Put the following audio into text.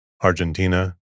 Argentina